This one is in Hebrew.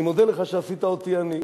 אני מודה לך שעשית אותי עני,